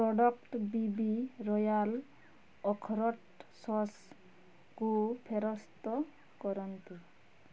product B B royal ଅଖରୋଟ ଶସ୍କୁ ଫେରସ୍ତ କରନ୍ତୁ